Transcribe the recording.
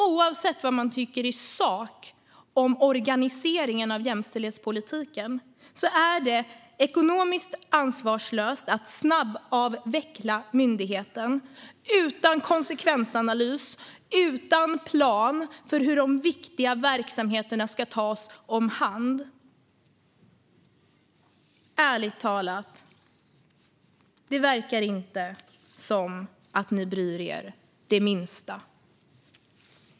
Oavsett vad man tycker i sak om organiseringen av jämställdhetspolitiken är det ekonomiskt ansvarslöst att snabbavveckla myndigheten utan konsekvensanalys och utan plan för hur de viktiga verksamheterna ska tas om hand. Ärligt talat: Det verkar inte som att ni bryr er det minsta.